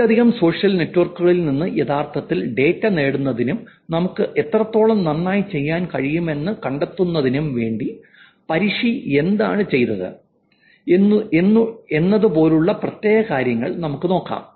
ഒന്നിലധികം സോഷ്യൽ നെറ്റ്വർക്കുകളിൽ നിന്ന് യഥാർത്ഥത്തിൽ ഡാറ്റ നേടുന്നതിനും നമുക്ക് എത്രത്തോളം നന്നായി ചെയ്യാൻ കഴിയുമെന്ന് കണ്ടെത്തുന്നതിനും വേണ്ടി പരിഷി എന്താണ് ചെയ്തത് എന്നതുപോലുള്ള പ്രത്യേക കാര്യങ്ങൾ നോക്കാം